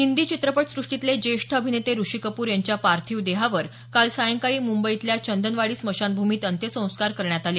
हिंदी चित्रपट सुष्टीतले ज्येष्ठ अभिनेते ऋषी कपूर यांच्या पार्थिव देहावर काल सायंकाळी मुंबईतल्या चंदनवाडी स्मशानभूमीत अंत्यसंस्कार करण्यात आले